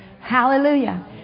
Hallelujah